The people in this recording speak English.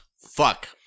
Fuck